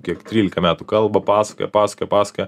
kiek trylika metų kalba pasakoja pasakoja pasakoja